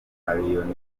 allioni